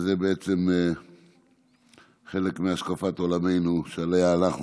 וזה בעצם חלק מהשקפת עולמנו שעליה אנחנו